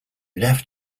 left